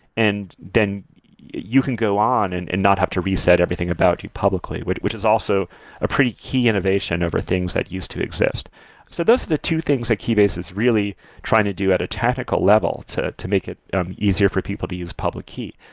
and then you can go on and and not have to reset everything about you publicly, which which is also a pretty key innovation over things that used to exist so those are the two things that keybase is really trying to do at a technical level to to make it easier for people to use public key.